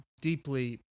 deeply